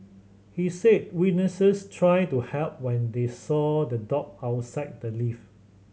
he said witnesses tried to help when they saw the dog outside the lift